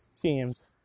teams